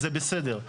זה בסדר,